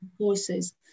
voices